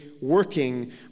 working